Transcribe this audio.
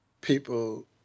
people